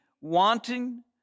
wanting